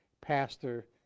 pastor